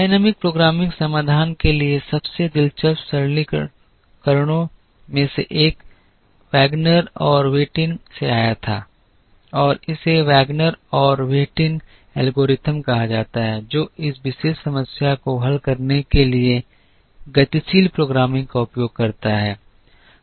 dynamic programming समाधान के लिए सबसे दिलचस्प सरलीकरणों में से एक वैगनर और व्हिटिन से आया था और इसे वैगनर और व्हिटिन एल्गोरिथ्म कहा जाता है जो इस विशेष समस्या को हल करने के लिए गतिशील प्रोग्रामिंग का उपयोग करता है